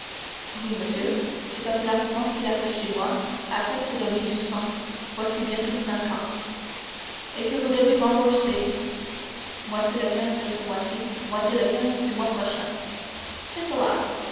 oui monsieur c'est un placement qu'il a fait chez moi à quatre et demi du cent voici bientôt cinq ans et que vous devez rembourser moitié le quinze de ce mois-ci moitié du mois prochain